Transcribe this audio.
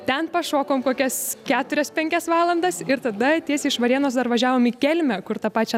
ten pašokom kokias keturias penkias valandas ir tada tiesiai iš varėnos dar važiavom į kelmę kur tą pačią